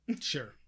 Sure